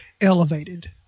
elevated